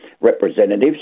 representatives